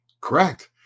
Correct